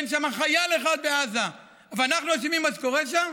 אין שם חייל אחד בעזה ואנחנו אשמים במה שקורה שם?